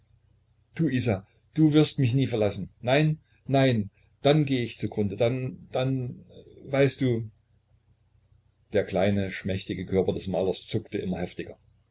du isa du wirst mich nie verlassen nein nein dann geh ich zu grunde dann dann weißt du der kleine schmächtige körper des malers zuckte immer heftiger